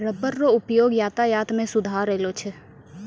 rubber रो उपयोग यातायात मे सुधार अैलौ छै